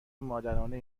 مادرانه